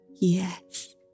yes